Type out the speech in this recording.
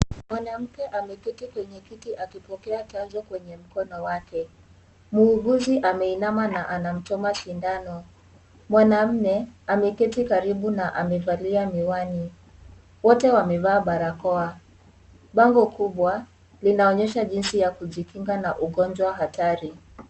Mwanamke ameketi kwenye kiti akipokea chanjo kwenye mkono wake. Muuguzi ameinama na anamchoma sindano. Mwanamme, ameketi karibu na amevalia miwani. Wote wamevaa balakoa. Bango kubwa, linaonyesha jinsi ya kujikinga na ugonjwa hatari.